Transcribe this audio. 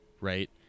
right